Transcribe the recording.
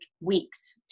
weeks